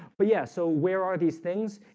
but yeah, so where are these things?